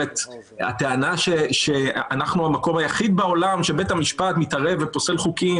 הטענה שאנחנו המקום היחיד בעולם שבית המשפט מתערב ופוסל חוקים,